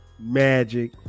Magic